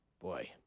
Boy